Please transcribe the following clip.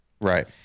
right